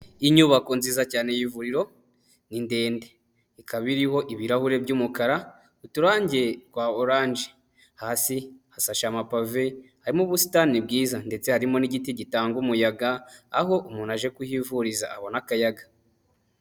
Inyubako nziza cyane y'ivuriro ni ndende, ikaba iriho ibirahure by'umukara uturange twa oranje, hasi hasashe amapave harimo ubusitani bwiza ndetse harimo n'igiti gitanga umuyaga aho umuntu aje kuhivuriza abona akayaga.